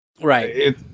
Right